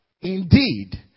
indeed